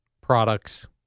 products